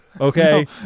Okay